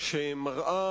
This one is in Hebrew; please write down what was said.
שמראה